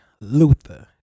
Luther